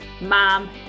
mom